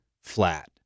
flat